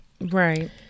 Right